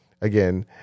again